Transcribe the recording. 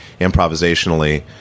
improvisationally